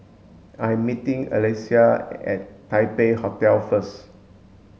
I'm meeting Allyssa at Taipei Hotel first